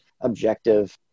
objective